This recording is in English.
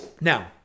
Now